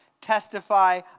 testify